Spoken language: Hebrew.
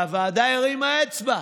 והוועדה הרימה אצבע,